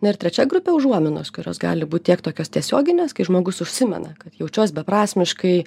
na ir trečia grupė užuominos kurios gali būt tiek tokios tiesioginės kai žmogus užsimena kad jaučiuos beprasmiškai